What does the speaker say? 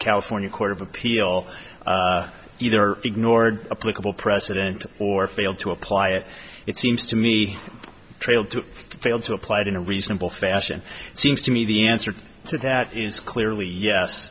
california court of appeal either ignored a political precedent or failed to apply it it seems to me trail to fail to apply it in a reasonable fashion seems to me the answer to that is clearly yes